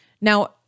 Now